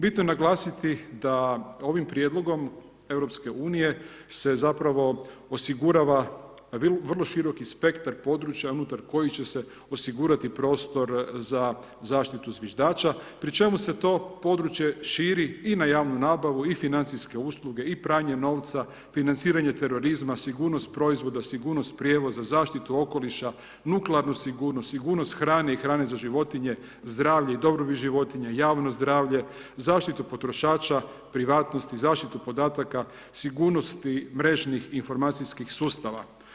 Bitno je naglasiti da ovim prijedlogom EU se zapravo osigurava vrlo široki spektar područja unutar kojih će se osigurati prostor za zaštitu zviždača pri čemu se to područje širi i na javnu nabavu i financijske usluge i pranje novca, financiranje terorizma, sigurnost proizvoda, sigurnost prijevoza, zaštitu okoliša, nuklearnu sigurnost, sigurnost hrane i hrane za životinje, zdravlje i dobrobit životinja, javno zdravlje, zaštitu potrošača, privatnost i zaštitu podataka, sigurnosti mrežnih informacijskih sustava.